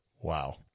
Wow